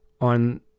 on